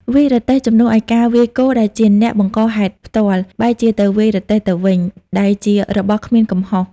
វាយរទេះ ជំនួសឲ្យការវាយគោដែលជាអ្នកបង្កហេតុផ្ទាល់ បែរជាទៅវាយរទេះទៅវិញ ដែលជារបស់គ្មានកំហុស។